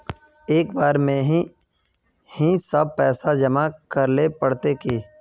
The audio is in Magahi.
एक बार में ही सब पैसा जमा करले पड़ते की?